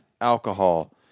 alcohol